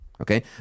Okay